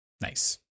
Nice